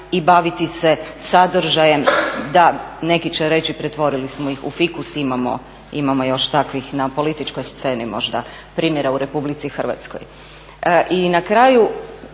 i baviti se sadržajem, da, neki će reći pretvorili smo ih u fikus i imamo još takvih na političkoj sceni možda primjera u RH. I na kraju